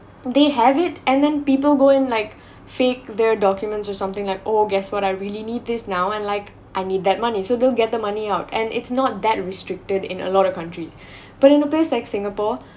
they have it and then people go in like fake their documents or something like oh guess what I really need this now and like I need that money so don't get the money out and it's not that restricted in a lot of countries but in a place like singapore